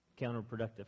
counterproductive